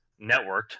networked